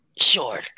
Sure